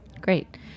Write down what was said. Great